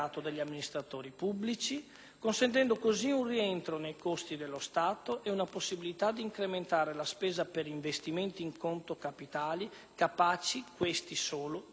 consentendo così un rientro nei costi dello Stato e la possibilità di incrementare la spesa per investimenti in conto capitale, capaci - questi solo - di creare vero